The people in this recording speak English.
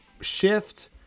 shift